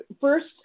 first